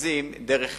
שמתנקזים דרך